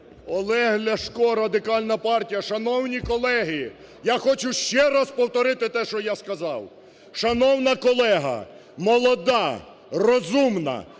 Олег Ляшко, Радикальна партія. Шановні колеги, я хочу ще раз повторити те, що я сказав. Шановна колега, молода, розумна,